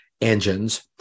engines